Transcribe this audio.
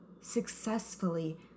successfully